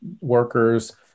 workers